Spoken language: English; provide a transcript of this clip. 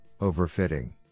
overfitting